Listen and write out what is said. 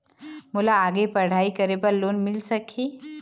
मोला आगे पढ़ई करे बर लोन मिल सकही?